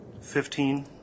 fifteen